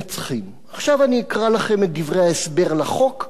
עכשיו אני אקרא לכם את דברי ההסבר בחוק ותבינו